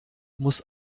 muss